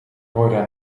горя